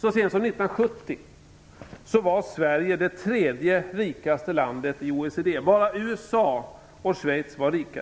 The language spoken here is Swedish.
Så sent som 1970 var Sverige det tredje rikaste landet i OECD. Bara USA och Schweiz var rikare.